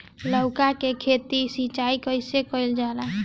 लउका के खेत मे सिचाई कईसे कइल जाला?